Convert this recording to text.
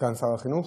סגן שר החינוך?